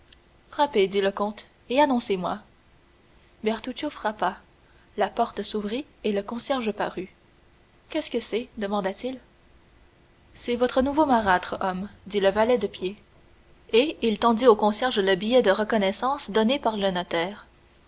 frappez dit le comte et annoncez moi bertuccio frappa la porte s'ouvrit et le concierge parut qu'est-ce que c'est demanda-t-il c'est votre nouveau maître brave homme dit le valet de pied et il tendit au concierge le billet de reconnaissance donné par le notaire